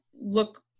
look